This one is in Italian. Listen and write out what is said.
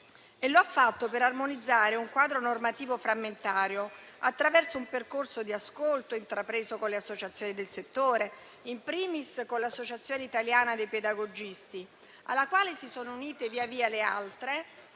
lo ha fatto per armonizzare un quadro normativo frammentario attraverso un percorso di ascolto intrapreso con le associazioni del settore, *in primis* con l'associazione italiana dei pedagogisti, alla quale si sono unite via via le altre,